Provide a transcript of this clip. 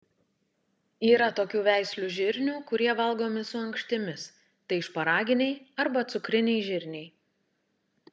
yra tokių veislių žirnių kurie valgomi su ankštimis tai šparaginiai arba cukriniai žirniai